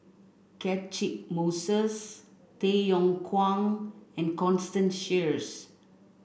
Catchick Moses Tay Yong Kwang and Constance Sheares